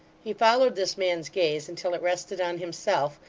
he followed this man's gaze until it rested on himself,